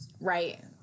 Right